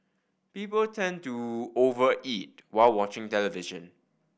people tend to over eat while watching television